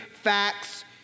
facts